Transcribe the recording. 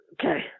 okay